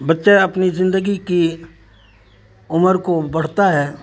بچہ اپنی زندگی کی عمر کو بڑھتا ہے